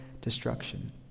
destruction